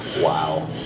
Wow